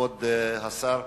כבוד השר,